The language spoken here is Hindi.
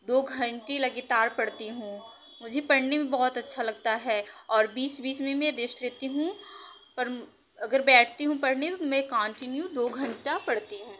दो घंटे लगातार पढ़ती हूँ मुझे पढ़ने में बहुत अच्छा लगता है और बीच बीच में रेस्ट लेती हूँ पर अगर बैठती हूँ पढ़ने मैं कॉन्टीन्यु दो घंटा पढ़ती हूँ